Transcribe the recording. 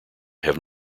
have